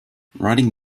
writing